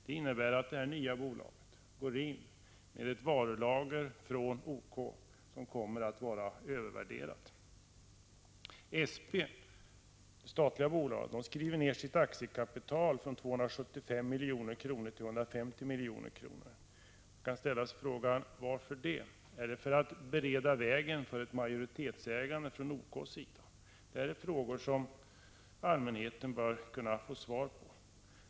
Det innebär att det nya bolaget går in som ägare med ett varulager från OK som kommer att vara övervärderat. SP — det statliga bolaget — skriver ned sitt aktiekapital från 275 milj.kr. till 150 milj.kr. Man kan fråga: Varför gör man det? Är det för att bereda väg för majoritetsägande från OK:s sida? Dessa frågor bör allmänheten kunna få ett svar på.